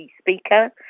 speaker